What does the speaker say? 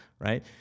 right